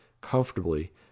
comfortably